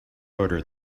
order